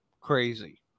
crazy